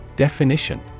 Definition